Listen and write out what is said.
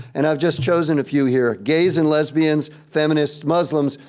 and i've just chosen a few here. gays and lesbians, feminists, muslims,